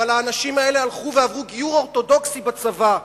אבל האנשים האלה הלכו ועברו גיור אורתודוקסי בצבא,